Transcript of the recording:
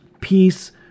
peace